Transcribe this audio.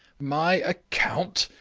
my account!